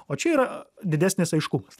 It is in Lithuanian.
o čia yra didesnis aiškumas